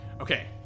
Okay